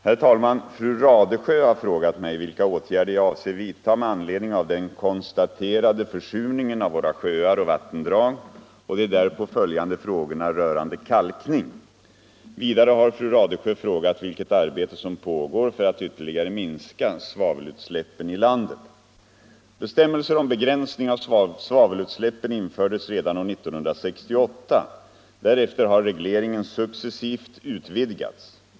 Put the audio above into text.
Herr talman! Fru Radesjö har frågat mig vilka åtgärder jag avser vidta med anledning av den konstaterade försurningen av våra sjöar och vattendrag och de därpå följande frågorna rörande kalkning. Vidare har fru Radesjö frågat vilket arbete som pågår för att ytterligare minska svavelutsläppen i landet. Bestämmelser om begränsning av svavelutsläppen infördes redan år 1968. Därefter har regleringen successivt utvidgats.